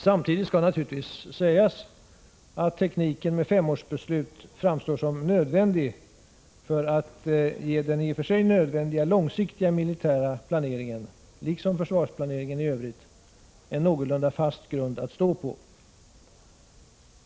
Samtidigt skall naturligtvis sägas att tekniken med femårsbeslut framstår som nödvändig för att ge den i och för sig nödvändiga långsiktiga militära planeringen — liksom försvarsplaneringen i övrigt — en någorlunda fast grund att stå på.